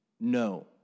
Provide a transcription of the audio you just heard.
No